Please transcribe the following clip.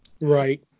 Right